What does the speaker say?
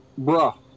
Bruh